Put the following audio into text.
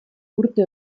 urte